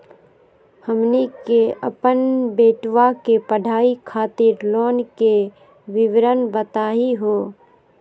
हमनी के अपन बेटवा के पढाई खातीर लोन के विवरण बताही हो?